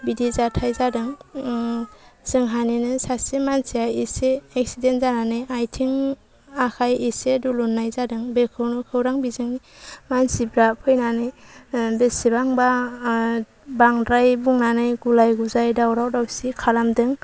बिदि जाथाय जादों जोंहानिनो सासे मानसिया एसे एक्सिडेन्ट जानानै आइथिं आखाय एसे दुलुनाय जादों बेखौनो खौरां बिजोंनि मानसिफ्रा फैनानै बेसेबांबा बांद्राय बुंनानै गुलाय गुजाय दावराव दावसि खालामदों